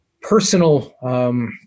personal